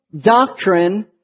doctrine